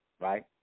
right